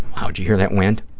wow, did you hear that wind?